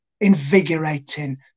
invigorating